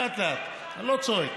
לאט-לאט, אני לא צועק,